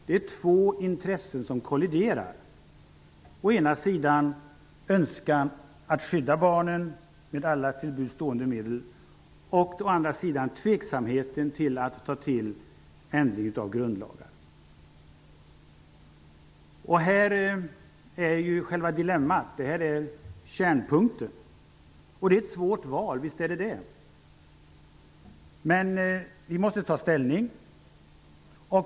Det är två intressen som kolliderar. Å ena sidan handlar det om en önskan att skydda barnen med alla till buds stående medel. Å andra sidan handlar det om en tveksamhet inför att göra en ändring i grundlagen. Detta är dilemmat. Det är förvisso ett svårt val, men vi måste ta ställning.